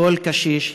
לכל קשיש.